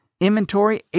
inventory